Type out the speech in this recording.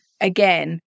again